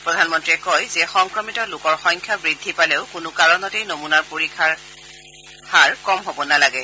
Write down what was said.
প্ৰধানমন্ত্ৰীয়ে কয় যে সংক্ৰমিত লোকৰ সংখ্যা বৃদ্ধি পালেও কোনো কাৰণতে নমুনাৰ পৰীক্ষাৰ হাৰ কম হব নালাগে